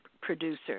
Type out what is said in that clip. producer